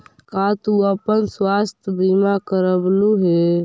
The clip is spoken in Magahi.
का तू अपन स्वास्थ्य बीमा करवलू हे?